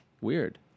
Weird